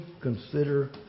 consider